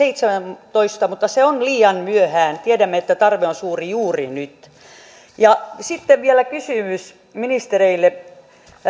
vietäviin palveluihin parannusta juhlavuonna kaksituhattaseitsemäntoista mutta se on liian myöhään tiedämme että tarve on suuri juuri nyt ja sitten vielä kysymys ministereille